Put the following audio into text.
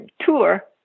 tour